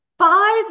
Five